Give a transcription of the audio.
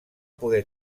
poder